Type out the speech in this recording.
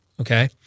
okay